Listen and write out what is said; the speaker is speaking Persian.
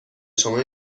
شما